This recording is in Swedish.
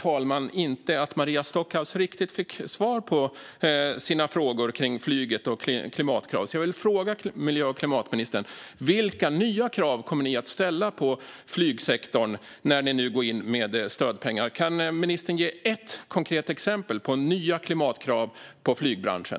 Jag tycker inte att Maria Stockhaus riktigt fick svar på sina frågor om flyget och klimatkrav, herr talman, så jag vill fråga miljö och klimatministern: Vilka nya krav kommer ni att ställa på flygsektorn när ni nu går in med stödpengar? Kan ministern ge ett konkret exempel på nya klimatkrav på flygbranschen?